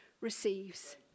receives